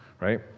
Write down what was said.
right